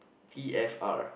T_F_R